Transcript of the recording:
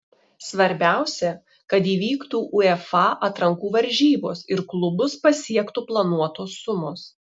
svarbiausia kad įvyktų uefa atrankų varžybos ir klubus pasiektų planuotos sumos